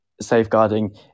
safeguarding